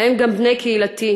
בהם גם בני קהילתי,